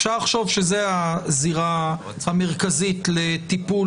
אפשר לחשוב שזאת הזירה המרכזית לטיפול